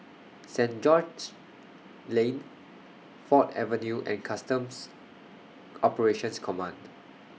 Saint George's Lane Ford Avenue and Customs Operations Command